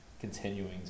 continuing